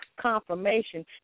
confirmation